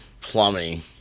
plumbing